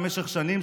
במשך שנים,